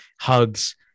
hugs